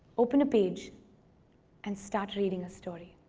open a page and start reading a story?